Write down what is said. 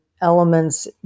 elements